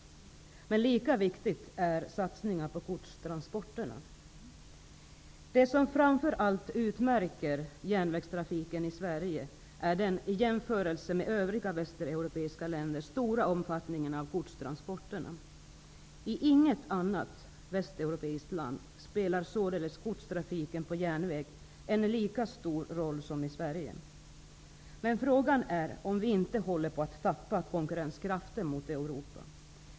Men lika viktiga är satsningar på godstransporterna. Det som framför allt utmärker järnvägstrafiken i Sverige är den i jämförelse med övriga västeuropeiska länder stora omfattningen av godstransporter. I inget annat västeuropeiskt land spelar således godstrafiken på järnväg en så stor roll som i Sverige. Men frågan är om vi inte håller på att tappa konkurrenskraften gentemot Europa.